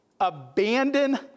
abandon